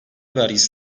vergisi